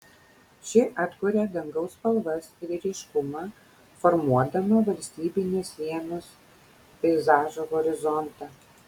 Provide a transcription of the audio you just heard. ši atkuria dangaus spalvas ir ryškumą formuodama valstybinės sienos peizažo horizontą